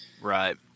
Right